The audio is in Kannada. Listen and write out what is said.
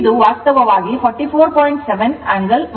ಆದ್ದರಿಂದ ಇದು ವಾಸ್ತವವಾಗಿ 44